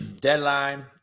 deadline